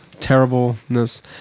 terribleness